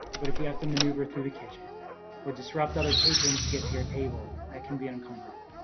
but if you have to maneuver through the kitchen or disrupt other patrons to get to your table that can be uncomfortable.